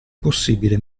possibile